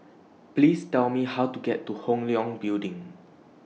Please Tell Me How to get to Hong Leong Building